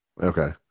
Okay